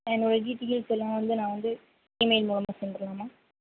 என்னோட டீட்டெயில்ஸ் எல்லாம் வந்து நான் வந்து ஈமெயில் மூலமாக சென்ட் பண்ணலாமா